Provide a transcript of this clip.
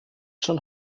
schon